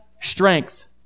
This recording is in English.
strength